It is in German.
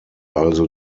also